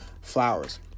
Flowers